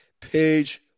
page